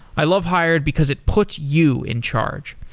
i love hired because it puts you in charge.